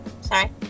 Sorry